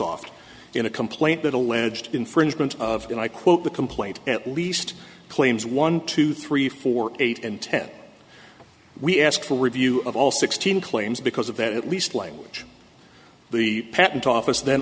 soft in a complaint that alleged infringement of and i quote the complaint at least claims one two three four eight and ten we asked for review of all sixteen claims because of that at least language the patent office then